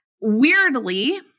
weirdly